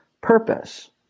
purpose